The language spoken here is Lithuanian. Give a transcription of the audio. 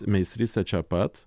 meistrystę čia pat